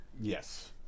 Yes